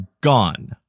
gone